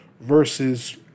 versus